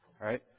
Right